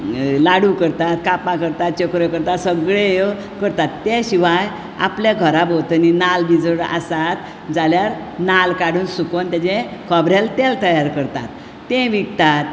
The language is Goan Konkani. लाडु करतात कापां करतात चकऱ्यो करतात सगळे यो करतात ते शिवाय आपल्या घरा भोंवतणी नाल्ल बी चड आसात जाल्यार नाल्ल काडुन सुकोवन तेचें खोबरेल तेल तयार करतात ते विकतात